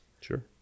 Sure